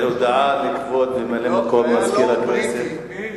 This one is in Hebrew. לורד בריטי.